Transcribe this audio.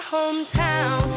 hometown